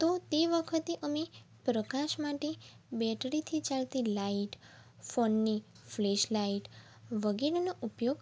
તો તે વખતે અમે પ્રકાશ માટે બૅટરીથી ચાલતી લાઈટ ફોનની ફ્લેશ લાઈટ વગેરેનો ઉપયોગ